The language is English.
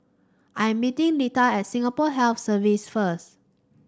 I am meeting Lita at Singapore Health Services first